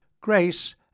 Grace